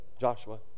Joshua